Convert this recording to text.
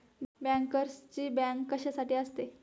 बँकर्सची बँक कशासाठी असते?